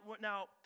now